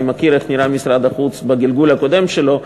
אני יודע איך נראה משרד החוץ בגלגול הקודם שלו,